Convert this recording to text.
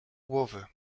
głowy